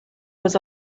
was